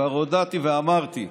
כבר הודעתי ואמרתי,